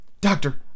Doctor